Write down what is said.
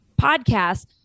podcast